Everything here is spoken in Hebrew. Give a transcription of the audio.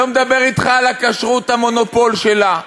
לא מדבר אתך על הכשרות, המונופול שלה,